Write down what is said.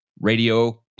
Radio